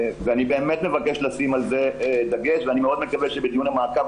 אני באמת מבקש לשים על זה דגש ואני מאוד מקווה שבדיון המעקב